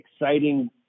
exciting